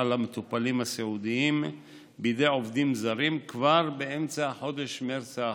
על המטופלים הסיעודיים בידי עובדים זרים כבר באמצע חודש מרץ האחרון.